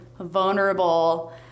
vulnerable